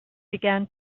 began